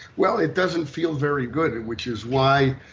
well, it doesn't feel very good which is why,